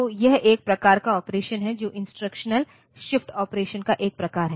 तो यह एक प्रकार का ऑपरेशन है जो इंस्ट्रक्शनल शिफ्ट्स ऑपरेशन का एक प्रकार है